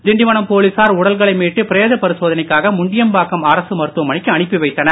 திண்டிவனம் போலீசார் உடல்களை மீட்டு பிரேத பரிசோதனைக்காக முண்டியம்பாக்கம் அரசு மருத்துவமனைக்கு அனுப்பி வைத்தனர்